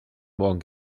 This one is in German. morgen